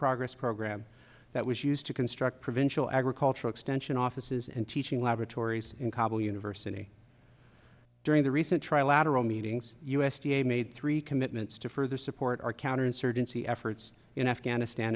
progress program that was used to construct provincial agricultural extension offices and teaching laboratories in kabul university during the recent trilateral meetings u s d a made three commitments to further support our counterinsurgency efforts in afghanistan